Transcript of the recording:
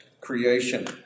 creation